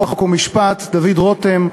חוק ומשפט דוד רותם.